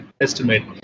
estimate